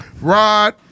Rod